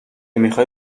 میخوای